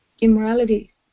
immorality